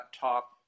top